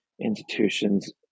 institutions